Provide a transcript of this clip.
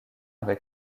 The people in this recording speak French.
avec